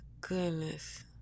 goodness